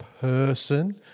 person